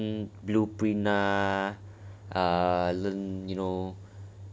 not that one different course lah mine is the more general you know learn blueprint lah learn